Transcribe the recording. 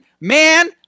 man